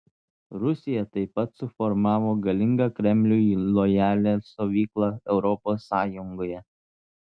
rusija taip pat suformavo galingą kremliui lojalią stovyklą europos sąjungoje